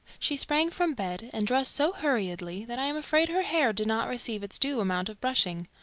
she sprang from bed and dressed so hurriedly that i am afraid her hair did not receive its due amount of brushing.